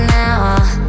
now